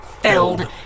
felled